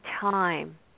time